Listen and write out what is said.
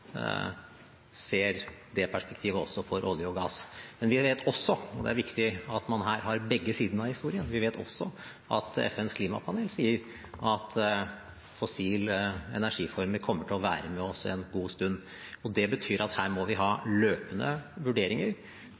ser det perspektivet også for olje og gass. Men vi vet også – og det er viktig at man her har begge sidene av historien – at FNs klimapanel sier at fossile energiformer kommer til å være med oss en god stund. Det betyr at her må vi ha løpende vurderinger